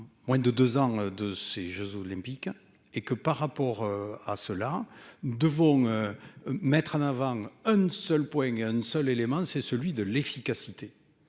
moins de 2 ans de ces jeux olympiques et que par rapport à cela. Devons. Mettre en avant un seul point, il y a un seul élément, c'est celui de l'efficacité